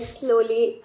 slowly